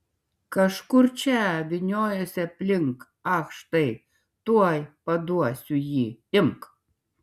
kažkur čia vyniojosi aplink ach štai tuoj paduosiu jį imk